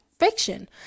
fiction